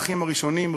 האחים הראשונים,